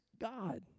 God